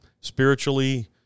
Spiritually